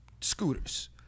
Scooters